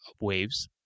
waves